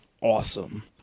awesome